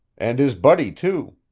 and his buddy, too.